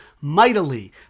mightily